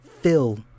fill